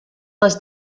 les